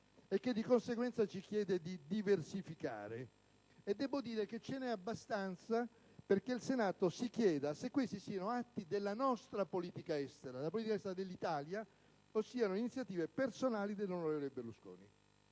e che di conseguenza ci chiede di diversificare. Ce n'è abbastanza perché il Senato si chieda se questi siano atti della nostra politica estera, della politica estera dell'Italia, o siano iniziative personali dell'onorevole Berlusconi.